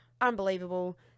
unbelievable